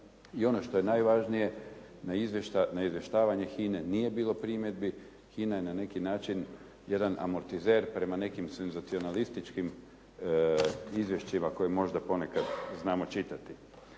I ono što je najvažnije na izvještavanje HINA-e nije bilo primjedbi, HINA je na neki način jedan amortizer prema senzacionalističkim izvješćima koje možda poneka znamo čitati.